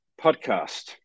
podcast